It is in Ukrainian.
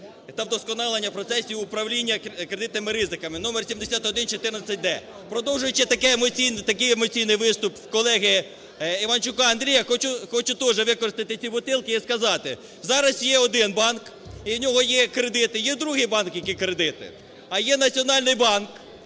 та вдосконалення процесів управління кредитними ризиками (№ 7114-д). Продовжуючи такий емоційний виступ колеги Іванчука Андрія, хочу також використати ці бутилки і сказати: зараз є один банк і в нього є кредити, є другий банк, який… кредити, а є Національний банк,